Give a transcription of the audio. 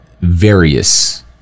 various